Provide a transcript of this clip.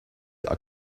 are